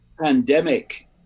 pandemic